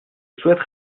souhaite